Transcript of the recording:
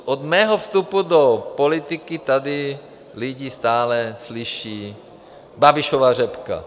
Od mého vstupu do politiky tady lidi stále slyší: Babišova řepka.